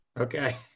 okay